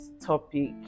topic